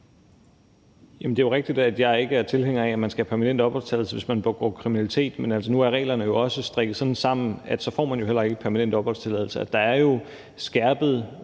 Det er rigtigt, at jeg ikke er tilhænger af, at man skal have permanent opholdstilladelse, hvis man begår kriminalitet, men altså, nu er reglerne jo også strikket sådan sammen, at så får man heller ikke permanent opholdstilladelse. Der er skærpet